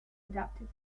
adapted